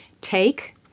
Take